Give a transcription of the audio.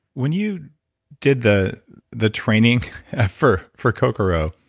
when you did the the training for for kokoro,